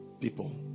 people